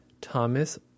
Thomas